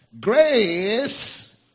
grace